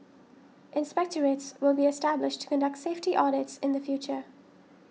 inspectorates will be established to conduct safety audits in the future